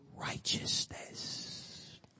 righteousness